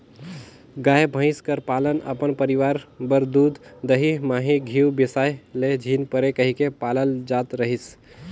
गाय, भंइस कर पालन अपन परिवार बर दूद, दही, मही, घींव बेसाए ले झिन परे कहिके पालल जात रहिस